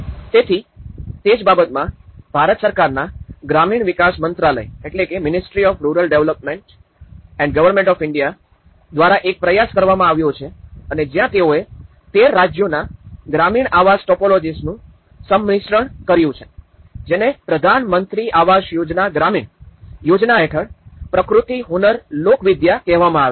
તેથી તે જ બાબતમાં ભારત સરકારના ગ્રામીણ વિકાસ મંત્રાલય દ્વારા એક પ્રયાસ કરવામાં આવ્યો છે અને જ્યાં તેઓએ ૧૩ રાજ્યોના ગ્રામીણ આવાસ ટાઇપોલોજિસનું સંમિશ્રણ જારી કર્યું છે જેને પ્રધાનમંત્રી આવાસ યોજના ગ્રામીણ યોજના હેઠળ પ્રકૃતિ હુનર લોકવિદ્યા કહેવામાં આવે છે